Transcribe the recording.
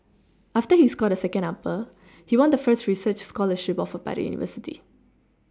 after he scored a second upper he won the first research scholarship offered by the university